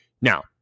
now